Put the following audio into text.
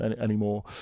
anymore